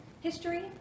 history